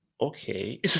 okay